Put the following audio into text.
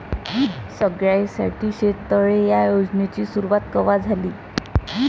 सगळ्याइसाठी शेततळे ह्या योजनेची सुरुवात कवा झाली?